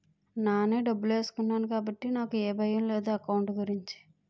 నానే డబ్బులేసుకున్నాను కాబట్టి నాకు ఏ భయం లేదు ఎకౌంట్ గురించి